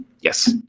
Yes